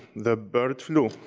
the bird flu,